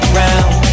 round